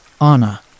Anna